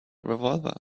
revolver